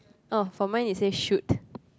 oh for mine it says shoot